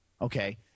Okay